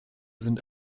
sind